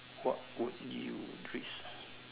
what would you risk